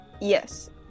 Yes